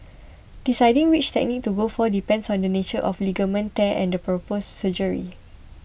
deciding which technique to go for depends on the nature of ligament tear and the proposed surgery